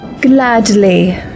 Gladly